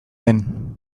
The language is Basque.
den